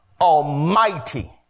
Almighty